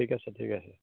ঠিক আছে ঠিক আছে